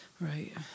Right